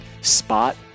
spot